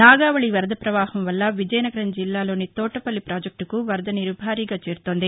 నాగావళి వరద పవాహం వల్ల విజయనగరం జిల్లాలోని తోటపల్లి పాజెక్టుకు వరదనీరు భారీగా చేరుతోంది